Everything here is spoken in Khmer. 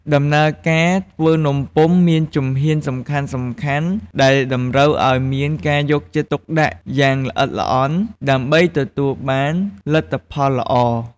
ដំណើរការធ្វើនំពុម្ពមានជំហានសំខាន់ៗ ដែលតម្រូវឱ្យមានការយកចិត្តទុកដាក់យ៉ាងល្អិតល្អន់ ដើម្បីទទួលបានលទ្ធផលល្អ។